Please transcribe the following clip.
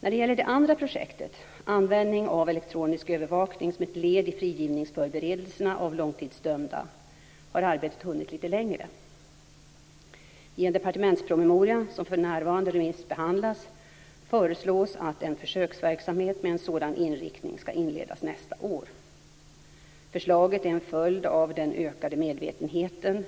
När det gäller det andra projektet - användning av elektronisk övervakning som ett led i frigivningsförberedelserna av långtidsdömda - har arbetet hunnit lite längre. I en departementspromemoria som för närvarande remissbehandlas föreslås att en försöksverksamhet med en sådan inriktning ska inledas nästa år. Förslaget är en följd av den ökade medvetenheten